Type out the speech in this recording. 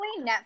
netflix